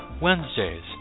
Wednesdays